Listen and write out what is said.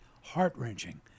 heart-wrenching